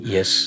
Yes